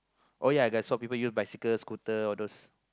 oh ya I saw people use bicycles scooter all those